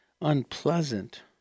unpleasant